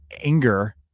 anger